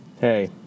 hey